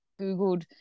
Googled